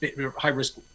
high-risk